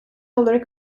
olarak